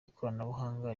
ikoranabuhanga